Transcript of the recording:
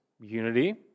unity